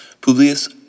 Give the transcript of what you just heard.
Publius